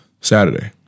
Saturday